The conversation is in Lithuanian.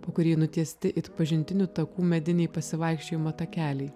po kurį nutiesti it pažintinių takų mediniai pasivaikščiojimo takeliai